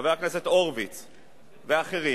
חבר הכנסת הורוביץ ואחרים,